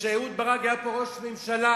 כשאהוד ברק היה פה ראש ממשלה.